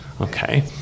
okay